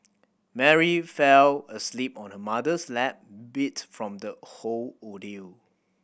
Mary fell asleep on her mother's lap beat from the whole ordeal